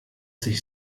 sich